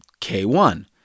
K1